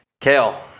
Kale